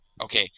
Okay